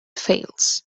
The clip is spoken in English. fails